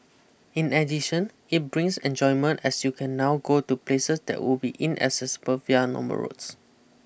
in addition it brings enjoyment as you can now go to places that would be inaccessible via normal roads